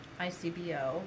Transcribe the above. ICBO